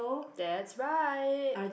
that's right